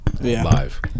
live